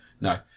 no